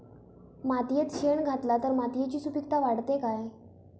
मातयेत शेण घातला तर मातयेची सुपीकता वाढते काय?